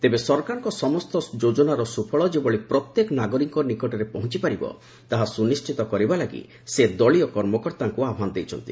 ତେବେ ସରକାରଙ୍କ ସମସ୍ତ ଯୋଜନାର ସୁଫଳ ଯେଭଳି ପ୍ରତ୍ୟେକ ନାଗରିକଙ୍କ ନିକଟରେ ପହଞ୍ଚପାରିବ ତାହା ସୁନିଣ୍ଠିତ କରିବା ଲାଗି ସେ ଦଳୀୟ କର୍ମକର୍ତ୍ତାଙ୍କୁ ଆହ୍ୱାନ ଦେଇଛନ୍ତି